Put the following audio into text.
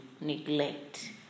neglect